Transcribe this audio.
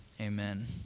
Amen